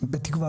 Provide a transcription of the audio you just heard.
בתקווה,